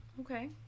Okay